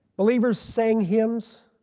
believers sang hymns.